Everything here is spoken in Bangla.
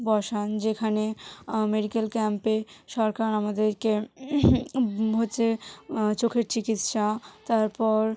বসান যেখানে মেডিক্যাল ক্যাম্পে সরকার আমাদেরকে হচ্ছে চোখের চিকিৎসা তারপর